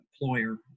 employer